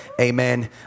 Amen